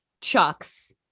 chucks